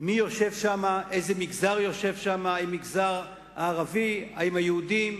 איזה מגזר: אם המגזר הערבי, אם יהודים,